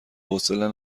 حوصله